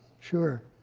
sure,